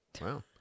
Wow